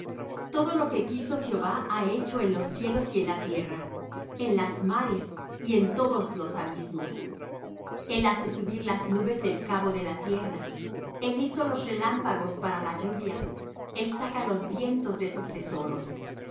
todo lo que quiso jehová ha hecho en los cielos y en la tierra en las mares y en todos los abismos el hace subir las nubes del cabo de la tierra el hizo los relámpagos para la lluvia el saca los vientos de sus tesoros